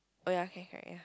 oh yea okay correct yea